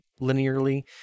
linearly